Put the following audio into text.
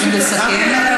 אנחנו צריכים לסכם, רבותיי.